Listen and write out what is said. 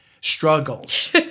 struggles